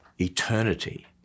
eternity